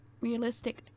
realistic